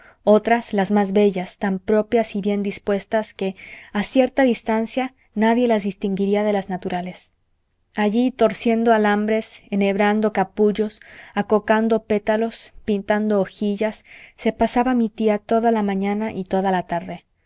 otras las más bellas tan propias y bien dispuestas que a cierta distancia nadie las distinguiría de las naturales allí torciendo alambres enhebrando capullos acocando pétalos pintando hojillas se pasaba mi tía toda la mañana y toda la tarde